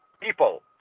people